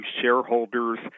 shareholders